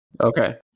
Okay